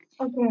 Okay